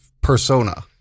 persona